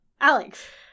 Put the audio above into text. Alex